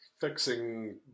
fixing